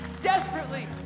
desperately